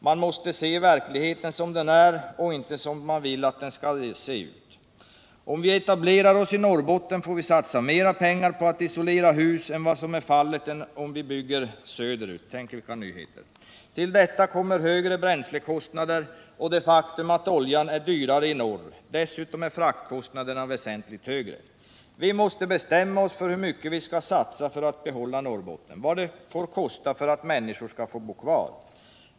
Man måste se verkligheten som den är och inte som vi villatt den ska se ut.” Han fortsätter: ”Om vi etablerar oss i Norrbotten får vi satsa mer pengar på att isolera hus än vad som är fallet om vi bygger söderut.” Tänk vilka nyheter! ”Till detta kommer högre bränslekostnader och det faktum att oljan är dyrare i norr. Dessutom är fraktkostnaderna väsentligt högre.” I Norrbottens-Kuriren står det vidare: ”Vi måste bestämma oss för hur mycket vi ska satsa för att behålla Norrbotten. Vad det får kosta för att människor ska få bo kvar.